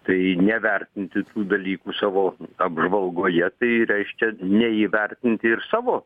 tai nevertinti tų dalykų savo apžvalgoje tai reiškia neįvertinti ir savo